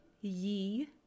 ye